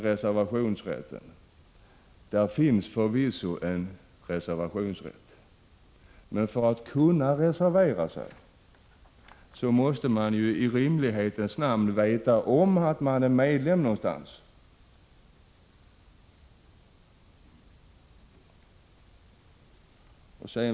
Det finns förvisso en reservationsrätt, men för att kunna reservera sig måste man ju i rimlighetens namn veta om att man blivit medlem i något parti.